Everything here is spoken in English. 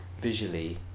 visually